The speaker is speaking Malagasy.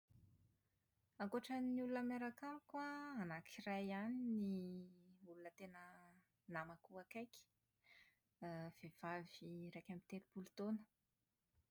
Ankoatra ny olona miaraka amiko an, anankiray ihany ny olona tena namako akaiky > vehivavy iraika amby telopolo taona.